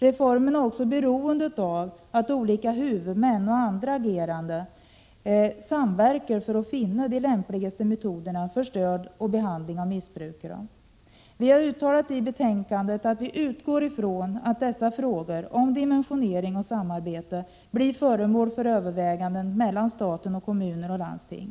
Reformen är också beroende av att olika huvudmän och andra agerande samverkar för att finna de lämpligaste metoderna för stöd och behandling av missbrukare. Vi har uttalat i betänkandet att vi utgår från att frågorna om dimensionering och samarbete blir föremål för överväganden mellan stat och kommuner och landsting.